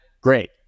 Great